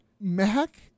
Mac